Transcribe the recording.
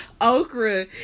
okra